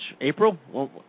April